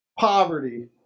Poverty